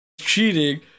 cheating